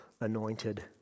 anointed